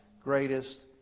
greatest